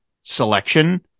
selection